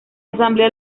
asamblea